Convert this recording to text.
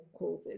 COVID